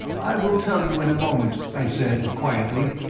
i will tell you in a moment, i said, quietly,